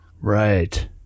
Right